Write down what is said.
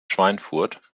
schweinfurt